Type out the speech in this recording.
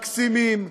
מקסימים,